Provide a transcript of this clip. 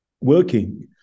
working